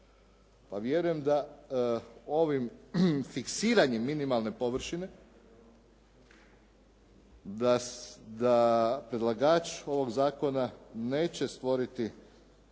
vjerujem da ovim fiksiranjem minimalne površine da predlagač ovog zakona neće stvoriti